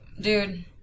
dude